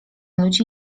ludzi